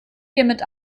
hiermit